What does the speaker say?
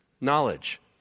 knowledge